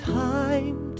time